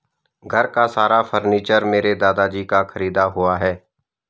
घर का सारा फर्नीचर मेरे दादाजी का खरीदा हुआ है